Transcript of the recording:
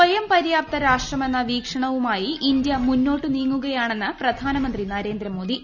സ്വയം പര്യാപ്ത രാഷ്ട്രമെന്ന വീക്ഷണവുമായി ഇന്ത്യ മുന്നോട്ട് നീങ്ങുകയാണെന്ന് പ്രധാനമന്ത്രി നരേന്ദ്രമോദി